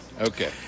Okay